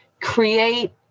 create